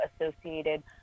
associated